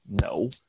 No